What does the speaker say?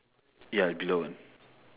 ya below one